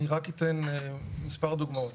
אני רק אתן מספר דוגמאות.